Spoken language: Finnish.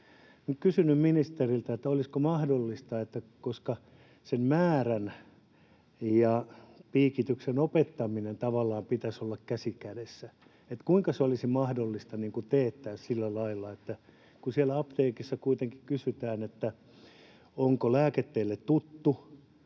Olisin kysynyt ministeriltä: koska sen määrän ja piikityksen opettamisen tavallaan pitäisi olla käsi kädessä, niin kuinka se olisi mahdollista teettää sillä lailla, että kun siellä apteekissa kuitenkin kysytään, että onko lääke teille tuttu,